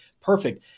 Perfect